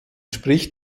spricht